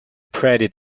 pretty